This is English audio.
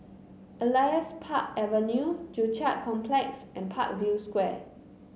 Elias Park Avenue Joo Chiat Complex and Parkview Square